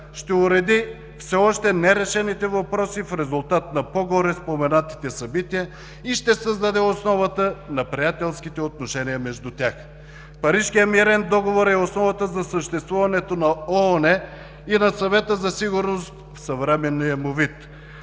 ще уреди все още нерешените въпроси в резултат на по-горе споменатите събития и ще създаде основата на приятелските отношения между тях.“ Парижкият мирен договор е основата за съществуването на ООН и на Съвета за сигурност в съвременния му вид.